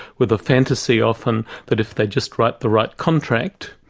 with a fantasy often that if they just write the right contract,